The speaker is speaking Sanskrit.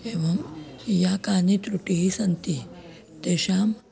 एवं या कानि तृटिः सन्ति तेषां